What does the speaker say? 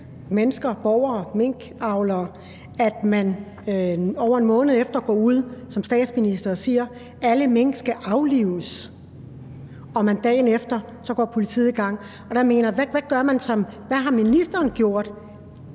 mennesker – borgere og minkavlere – at man over en måned efter går ud som statsminister og siger: Alle mink skal aflives. Og dagen efter går politiet i gang. Hvad har ministeren gjort